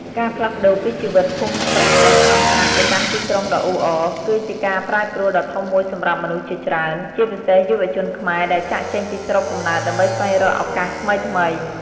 ការផ្លាស់ប្តូរពីជីវិតភូមិស្រុកដ៏ស្ងប់ស្ងាត់ ទៅកាន់ទីក្រុងដ៏អ៊ូអរ គឺជាការប្រែប្រួលដ៏ធំមួយសម្រាប់មនុស្សជាច្រើន ជាពិសេសយុវជនខ្មែរដែលចាកចេញពីស្រុកកំណើតដើម្បីស្វែងរកឱកាសថ្មីៗ។